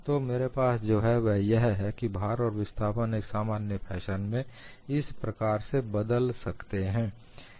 तो मेरे पास जो है वह यह है कि भार और विस्थापन एक सामान्य फैशन में इस प्रकार से बदल सकते हैं